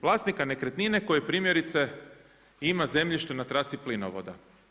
Vlasnika nekretnine koji primjerice ima zemljište na trasi plinovoda.